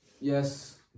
yes